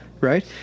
right